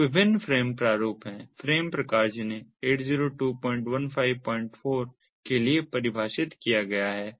तो विभिन्न फ्रेम प्रारूप हैं फ्रेम प्रकार जिन्हें 802154 के लिए परिभाषित किया गया है